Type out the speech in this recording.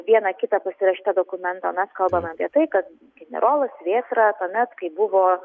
vieną kitą pasirašytą dokumentą o mes kalbam apie tai kad generolas vėtra tuomet kai buvo